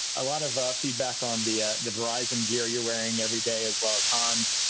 a lot of feedback on the ah the verizon gear you're wearing every day, as well as hans.